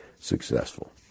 successful